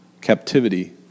captivity